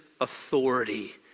authority